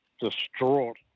distraught